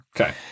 Okay